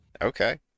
okay